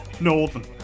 Northern